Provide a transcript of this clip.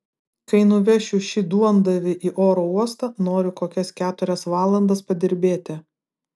kai nuvešiu šį duondavį į oro uostą noriu kokias keturias valandas padirbėti